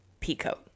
peacoat